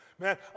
Man